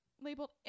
labeled